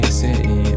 city